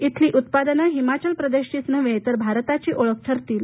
इथली उत्पादनं हिमाचल प्रदेशचीच नव्हे तर भारताची ओळख ठरतील